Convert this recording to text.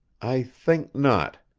i think not.